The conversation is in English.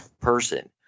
person